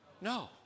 no